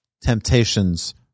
temptations